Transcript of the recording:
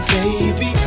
Baby